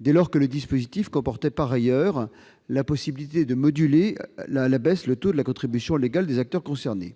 dès lors que le dispositif comportait par ailleurs la possibilité de moduler à la baisse le taux de la contribution légale des acteurs concernés.